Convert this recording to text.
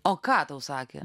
o ką tau sakė